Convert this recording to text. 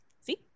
see